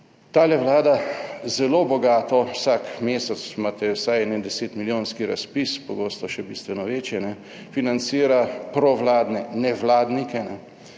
ta Vlada zelo bogato, vsak mesec imate vsaj ene 10 milijonski razpis, pogosto še bistveno večje, financira provladne nevladnike,